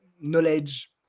knowledge